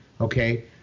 Okay